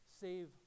save